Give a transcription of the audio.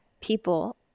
people